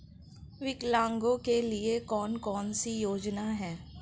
विकलांगों के लिए कौन कौनसी योजना है?